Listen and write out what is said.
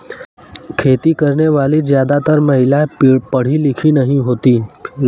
खेती करने वाली ज्यादातर महिला पढ़ी लिखी नहीं होती